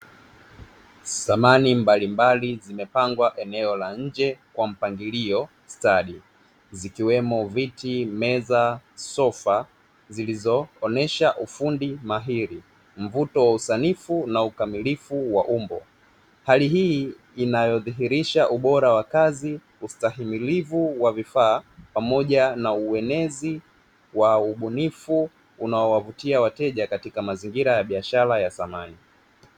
Samani mbalimbali zimepangwa eneo la nje kwa mpangilio stadi, zikiwemo: viti, meza, sofa zilizoonesha ufundi mahiri, mvuto wa usanifu na ukamilifu wa umbo. Hali hii inayodhihirisha ubora wa kazi, ustahimilivu wa vifaa pamoja na uenezi wa ubunifu; unaowavutia wateja katika mazingira ya biashara ya samani.